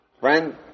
Friend